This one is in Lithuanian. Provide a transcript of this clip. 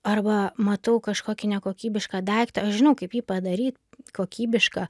arba matau kažkokį nekokybišką daiktą aš žinau kaip jį padaryt kokybišką